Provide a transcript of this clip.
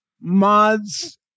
mods